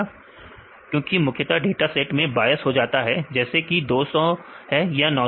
विद्यार्थी समय देखें1429 क्योंकि मुख्यता डाटा सेट में बायस हो जाता है जैसे कि यह 200 है या 900